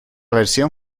versión